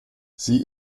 sie